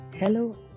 Hello